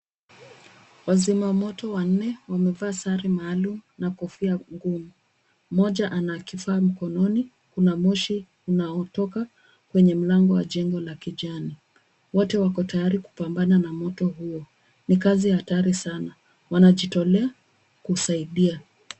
Wasima moto wanne wamevaa sare maalum na kofia ngumu. Moja ana kifaa mkononi kuna moshi unaotoka kwenye mlango wa jengo wa kijani. Wote wako tayari kupambana na moto huyo ni kazi hatari sana, wanajitolea kusaidia.